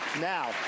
Now